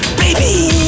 baby